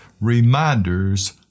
Reminders